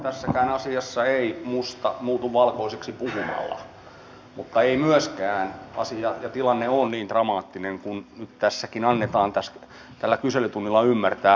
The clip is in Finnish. tässäkään asiassa ei musta muutu valkoiseksi puhumalla mutta ei myöskään asia ja tilanne ole niin dramaattinen kuin tässäkin annetaan tällä kyselytunnilla ymmärtää